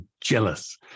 jealous